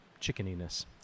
chickeniness